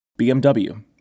BMW